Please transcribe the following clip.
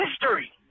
history